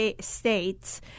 states